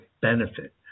benefit